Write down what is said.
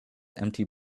empty